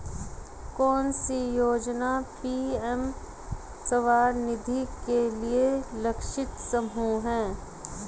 कौन सी योजना पी.एम स्वानिधि के लिए लक्षित समूह है?